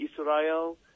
Israel